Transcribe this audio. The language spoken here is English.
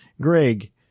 Greg